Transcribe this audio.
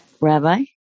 Rabbi